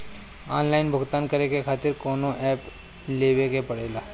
Online भुगतान करके के खातिर कौनो ऐप लेवेके पड़ेला?